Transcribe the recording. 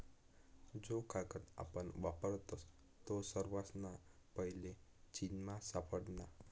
जो कागद आपण वापरतस तो सर्वासना पैले चीनमा सापडना